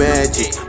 Magic